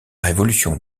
révolution